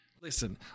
Listen